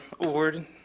Award